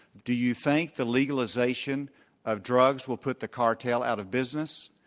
do you think the legalization of drugs will put the cartel out of business?